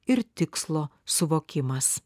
ir tikslo suvokimas